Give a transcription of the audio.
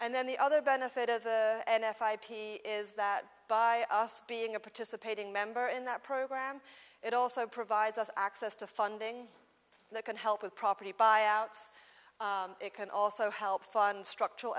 and then the other benefit of f i p is that by us being a participating member in that program it also provides us access to funding and it can help with property buy outs it can also help fund structural